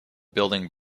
building